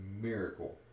miracle